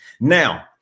now